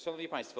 Szanowni Państwo!